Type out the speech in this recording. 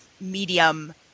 medium